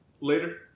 later